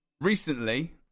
Recently